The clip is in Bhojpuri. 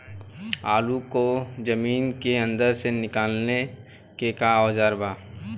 आलू को जमीन के अंदर से निकाले के का औजार बा?